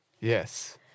Yes